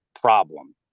problem